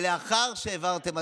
לאחר שהעברתם,